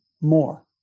more